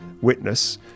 witness